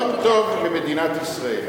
זה באמת יום טוב למדינת ישראל,